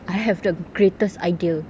I have the greatest idea